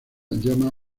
llama